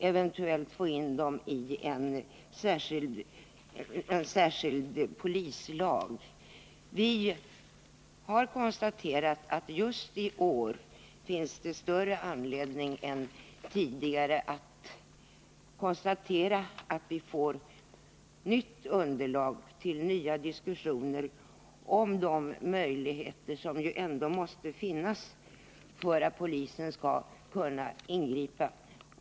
Eventuellt får vi in dessa lagar i en särskild polislag. Det kan konstateras att vi i år får nytt underlag för diskussioner om de möjligheter till ingripanden som ju polisen måste ha.